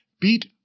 beat